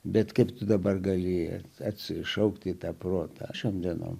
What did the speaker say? bet kaip tu dabar gali atsišaukti į tą protą žandenom